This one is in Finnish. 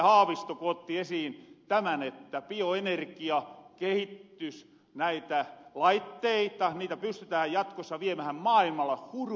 haavisto otti esiin tämän että bioenergia kehittys näitä laitteita pystytään jatkossa viemähän maailmalle huru mykke